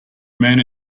man